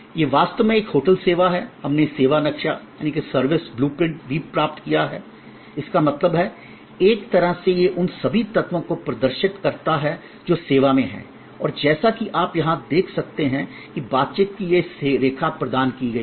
यह वास्तव में एक होटल सेवा है हमने सेवा नक्शा सर्विस ब्लू प्रिंट भी प्राप्त किया है इसका मतलब है एक तरह से यह उन सभी तत्वों को प्रदर्शित करता है जो सेवा में हैं और जैसा कि आप यहां देख सकते हैं कि बातचीत की यह रेखा प्रदान की गई है